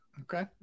okay